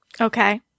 Okay